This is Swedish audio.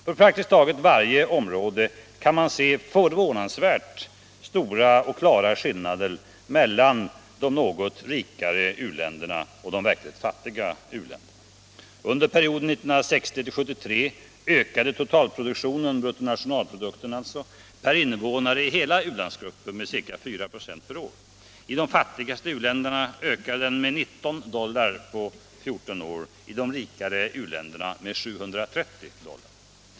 På praktiskt taget varje område kan man se förvånansvärt stora och klara skillnader mellan de något rikare u-länderna och de verkligt fattiga u-länderna.